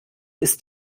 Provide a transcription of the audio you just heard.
ist